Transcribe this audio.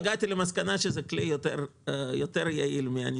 הגעתי למסקנה שזה כלי יעיל יותר מאשר